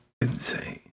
Insane